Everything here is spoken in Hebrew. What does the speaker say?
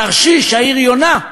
תרשיש, העיר, יונה,